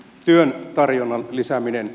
työn tarjonnan lisäämisestä